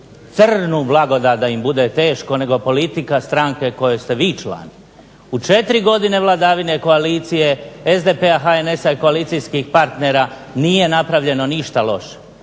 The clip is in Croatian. crnu blagodat da im bude teško nego politika stranke kojoj ste vi član, u 4 godine vladavine koalicije SDP, HNS-a i koalicijskih partnera nije napravljeno ništa loše.